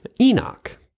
Enoch